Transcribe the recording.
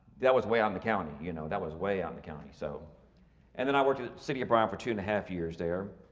that was way on the county, you know that was way on the so and then i worked at city of bryan for two and a half years there.